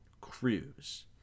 cruise